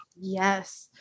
yes